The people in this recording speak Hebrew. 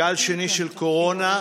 גל שני של קורונה,